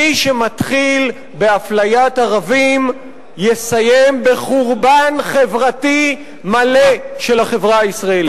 מי שמתחיל באפליית ערבים יסיים בחורבן חברתי מלא של החברה הישראלית.